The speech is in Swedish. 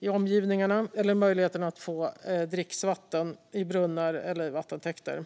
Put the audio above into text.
i omgivningarna eller möjligheterna att få dricksvatten i brunnar eller vattentäkter.